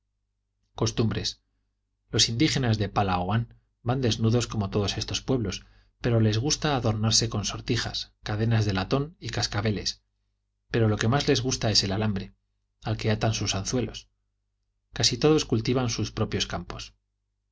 costumbres los indígenas de palaoán van desnudos como todos estos pueblos pero les gusta adornarse con sortijas cadenas de latón y cascabeles pero lo que más les gusta es el alambre al que atan sus anzuelos casi todos cultivan sus propios campos